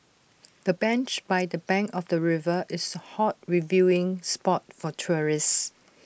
the bench by the bank of the river is A hot viewing spot for tourists